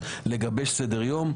לגבש סדר-יום.